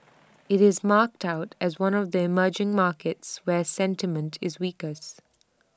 IT is marked out as one of the emerging markets where sentiment is weakest